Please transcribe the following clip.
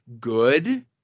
good